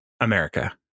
America